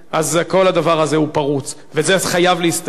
אז כל הדבר הזה הוא פרוץ, וזה חייב להסתיים.